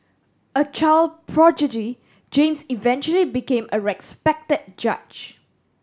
a child prodigy James eventually became a respected judge